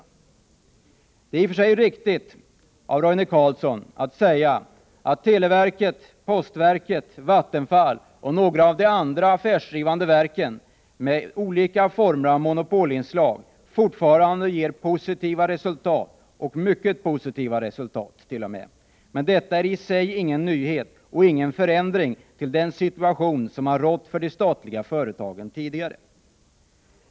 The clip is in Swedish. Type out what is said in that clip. Det är i och för sig riktigt när Roine Carlsson säger att televerket, postverket, Vattenfall och några av de andra affärsdrivande verken med olika former av monopolinslag fortfarande ger mycket positiva resultat. Men detta är i sig ingen nyhet och ingen förändring av den situation som har rått för de statliga företagen tidigare.